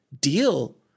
deal